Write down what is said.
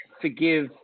forgive